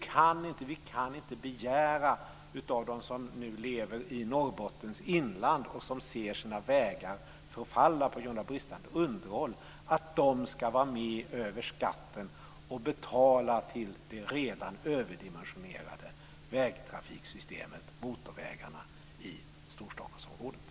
Man kan inte begära av dem som nu lever i Norrbottens inland och som ser sina vägar förfalla på grund av bristande underhåll att de ska vara med och över skatten betala till det redan överdimensionerade vägtrafiksystemet, motorvägarna, i Storstockholmsområdet.